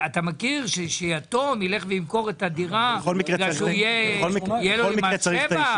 אתה מכיר שיתום ילך וימכור את הדירה בגלל שיהיה לו מס שבח?